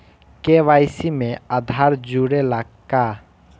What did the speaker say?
KYC में आधार जुड़े ला का?